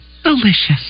Delicious